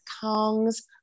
Kong's